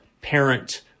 parent